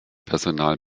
personal